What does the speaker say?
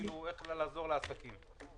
איך לעזור לעסקים.